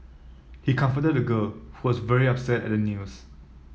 he comforted the girl who was very upset at the news